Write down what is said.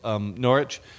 Norwich